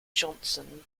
johnson